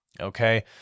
Okay